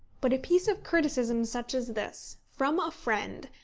but a piece of criticism such as this, from a friend,